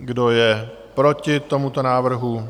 Kdo je proti tomuto návrhu?